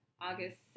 August